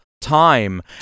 time